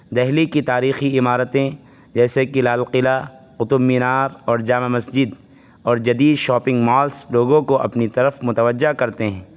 دہلی کی تاریخی عمارتیں جیسے کہ لال قلعہ قطب مینار اور جامع مسجد اور جدید شاپنگ مالس لوگوں کو اپنی طرف متوجہ کرتے ہیں